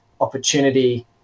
opportunity